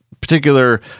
particular